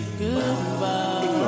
goodbye